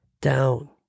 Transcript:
down